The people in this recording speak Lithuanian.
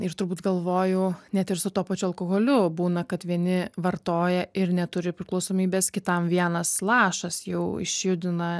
ir turbūt galvoju net ir su tuo pačiu alkoholiu būna kad vieni vartoja ir neturi priklausomybės kitam vienas lašas jau išjudina